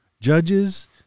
judges